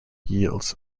yields